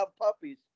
puppies